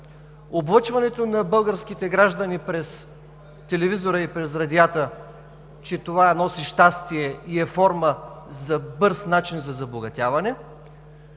облъчването на българските граждани през телевизиите и радиата, че това носи щастие и е форма на бърз начин за забогатяване,